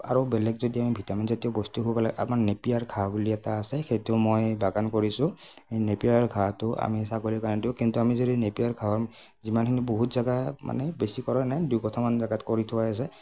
আৰু বেলেগ যদি আমি ভিটামিন জাতীয় বস্তু খোৱাব লাগে আমাৰ নেপিয়াৰ ঘাঁহ বুলি এটা আছে সেইটো মই বাগান কৰিছোঁ সেই নেপিয়াৰ ঘাঁহটো আমি ছাগলীৰ কাৰণে দিও কিন্তু আমি যদি নেপিয়াৰ ঘাঁহৰ যিমানখিনি বহুত জেগা মানে বেছি কৰা নাই দুকঠামান জেগাত কৰি থোৱা আছে